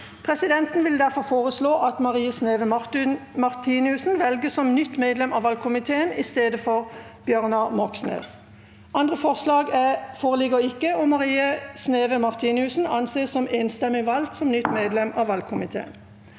Presidenten vil derfor foreslå at Marie Sneve Martinussen velges som nytt medlem av valgkomiteen i stedet for Bjørnar Moxnes. – Andre forslag foreligger ikke, og Marie Sneve Martinussen anses enstemmig valgt som nytt medlem av valgkomiteen.